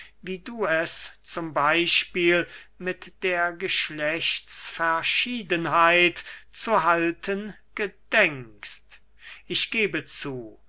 wie du es z b mit der geschlechtsverschiedenheit zu halten gedenkst ich gebe zu